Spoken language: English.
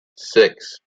six